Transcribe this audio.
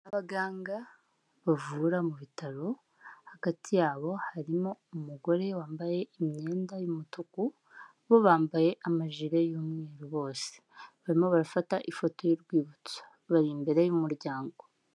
Abaganga bavura mu bitaro, hagati yabo harimo umugore wambaye imyenda y'umutuku, bo bambaye amajire y'umweru bose. Barimo barafata ifoto y'urwibutso, bari imbere y'umuryango.